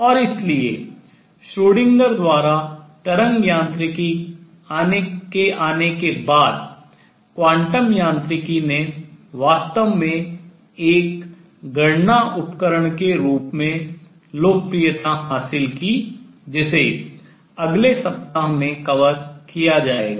और इसलिए Schrodinger Schrödinger द्वारा तरंग यांत्रिकी के आने के बाद क्वांटम यांत्रिकी ने वास्तव में एक गणना उपकरण के रूप में लोकप्रियता हासिल की जिसे अगले सप्ताह में कवर किया जाएगा